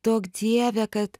duok dieve kad